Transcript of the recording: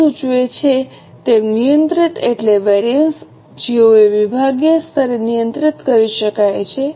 નામ સૂચવે છે તેમ નિયંત્રિત એટલે તે વેરિએન્સ જેઓને વિભાગીય સ્તરે નિયંત્રિત કરી શકાય છે